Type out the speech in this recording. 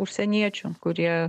užsieniečių kurie